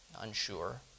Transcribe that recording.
unsure